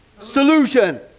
solution